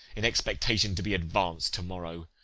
in expectation to be advanc'd to-morrow?